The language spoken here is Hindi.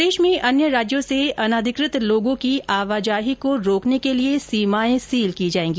प्रदेश मे अन्य राज्यो से अनाधिकृत लोगों की आवाजाही को रोकने के लिए सीमाए सील की जायेंगी